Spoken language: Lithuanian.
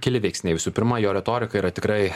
keli veiksniai visų pirma jo retorika yra tikrai